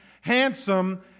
handsome